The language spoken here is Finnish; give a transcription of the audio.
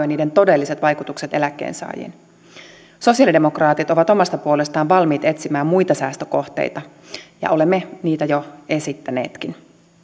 niiden todelliset vaikutukset eläkkeensaajiin sosialidemokraatit ovat omasta puolestaan valmiit etsimään muita säästökohteita ja olemme niitä jo esittäneetkin